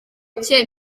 cye